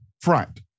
front